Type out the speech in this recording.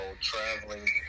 traveling